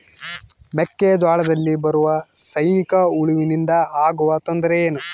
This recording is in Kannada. ಮೆಕ್ಕೆಜೋಳದಲ್ಲಿ ಬರುವ ಸೈನಿಕಹುಳುವಿನಿಂದ ಆಗುವ ತೊಂದರೆ ಏನು?